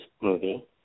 movie